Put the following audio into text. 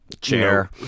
chair